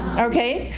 okay.